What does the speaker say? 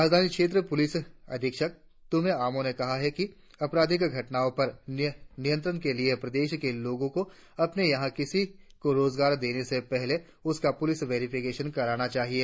राजधानी क्षेत्र पुलिस अधीक्षा तुम्मे आमो ने कहा है कि अपराधिक घटनाओं पर नियंत्रण के लिए प्रदेश के लोगों को अपने यहां किसी को रोजगार देने से पहले उसका प्रलिस वेरिफिकेशन कराना चाहिए